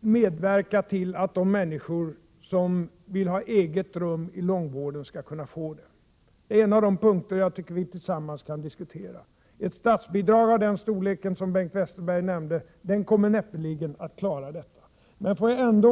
medverka till att de människor som vill ha eget rum inom långvården skall kunna få det. Det är en av de punkter som jag tycker att vi kan diskutera tillsammans. Ett statsbidrag av den storleksordningen som Bengt Westerberg nämnde kommer näppeligen att klara detta.